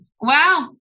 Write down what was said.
wow